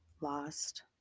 lost